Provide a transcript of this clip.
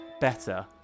better